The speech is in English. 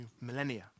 millennia